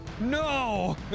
No